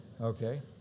Okay